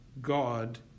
god